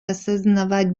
осознавать